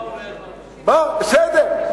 בסדר.